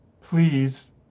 please